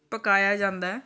ਪਕਾਇਆ ਜਾਂਦਾ